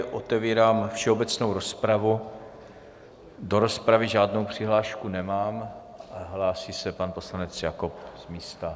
Otevírám všeobecnou rozpravu, do rozpravy žádnou přihlášku nemám a hlásí se pan poslanec Jakob z místa.